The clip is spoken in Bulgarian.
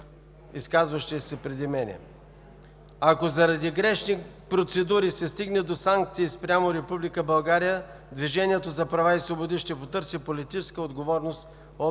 изказали се преди мен. Ако заради грешни процедури се стигне до санкции спрямо Република България, „Движението за права и свободи“ ще потърси политическа отговорност от